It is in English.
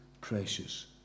precious